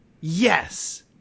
Yes